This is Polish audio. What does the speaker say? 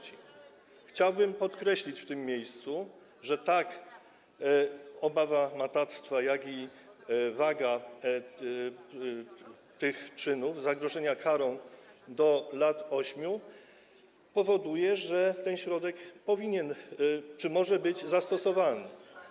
Chciałbym podkreślić w tym miejscu, że tak obawa matactwa, jak i waga tych czynów, zagrożenie karą do lat 8, powodują, że ten środek powinien czy może być zastosowany.